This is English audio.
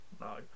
no